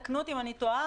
תקנו אותי אם אני טועה,